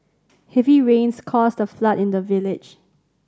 heavy rains caused a flood in the village